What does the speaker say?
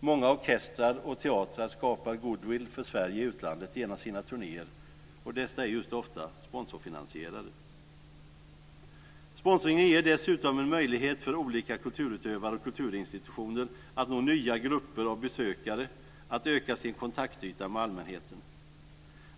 Många orkestrar och teatrar skapar goodwill för Sverige i utlandet genom sina turnéer, och dessa är just ofta sponsorfinansierade. Sponsringen ger dessutom en möjlighet för olika kulturutövare och kulturinstitutioner att nå nya grupper av besökare, att öka sin kontaktyta med allmänheten.